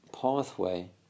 Pathway